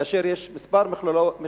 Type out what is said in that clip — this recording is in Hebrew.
כאשר יש כמה מכללות